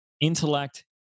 intellect